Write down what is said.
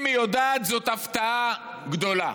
אם היא יודעת, זאת הפתעה גדולה.